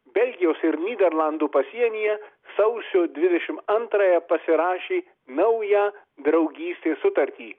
belgijos ir nyderlandų pasienyje sausio dvidešim antrąją pasirašė naują draugystės sutartį